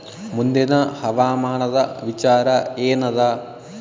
ಮುಂದಿನ ಹವಾಮಾನದ ವಿಚಾರ ಏನದ?